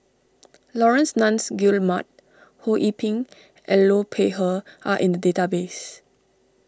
Laurence Nunns Guillemard Ho Yee Ping and Liu Peihe are in the database